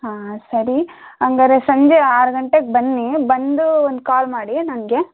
ಹಾಂ ಸರಿ ಹಂಗಾರೆ ಸಂಜೆ ಆರು ಗಂಟೆಗೆ ಬನ್ನಿ ಬಂದು ಒಂದು ಕಾಲ್ ಮಾಡಿ ನನಗೆ